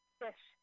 fish